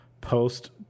post